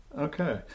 Okay